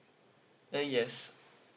ya yes